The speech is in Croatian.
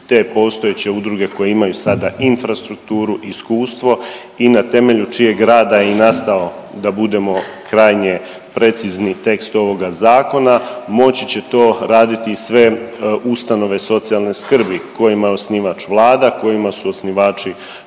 te postojeće udruge koje imaju sada infrastrukturu, iskustvo i na temelju čijeg rada i nastao da budemo krajnje precizni, tekst ovoga Zakona, moći će to raditi i sve ustanove socijalne skrbi kojima je osnivač Vlada, kojima su osnivači